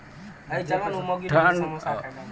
ठंड के मौसम केला मैं असर भी करते हैं?